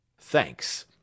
Thanks